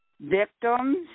victims